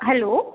hello